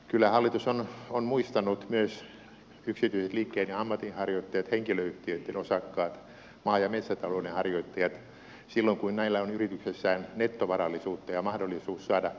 kyllä hallitus on muistanut myös yksityiset liikkeen ja ammatinharjoittajat henkilöyhtiöitten osakkaat maa ja metsätalouden harjoittajat silloin kun näillä on yrityksessään nettovarallisuutta ja mahdollisuus saada pääomatuloa